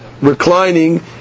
reclining